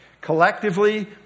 Collectively